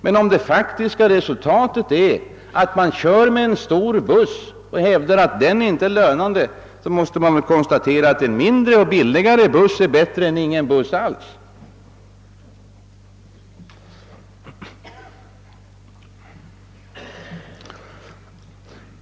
Men om det faktiska resultatet är att man kör med en stor buss och hävdar att den inte är lönande, måste man väl konstatera, ait en mindre och billigare buss är bättre än ingen buss alls.